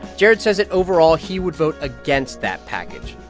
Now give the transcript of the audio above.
jared says that, overall, he would vote against that package.